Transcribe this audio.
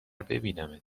ببینمت